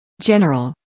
General